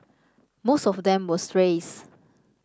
most of them were strays